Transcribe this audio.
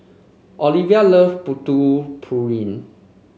Oliva love Putu Piring